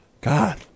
God